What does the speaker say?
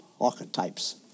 archetypes